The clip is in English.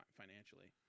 financially